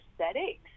aesthetics